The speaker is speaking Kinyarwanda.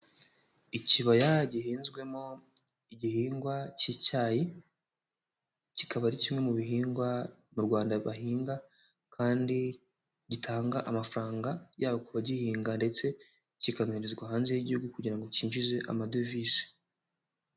Ikibaya gihinzwemo igihingwa cy'icyayi, kikaba ari kimwe mu bihingwa mu Rwanda bahinga kandi gitanga amafaranga yaba ku bagihinga, ndetse kikanoherezwa hanze y'igihugu kugira ngo cyinjize amadovize.